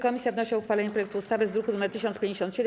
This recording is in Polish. Komisja wnosi o uchwalenie projektu ustawy z druku nr 1057.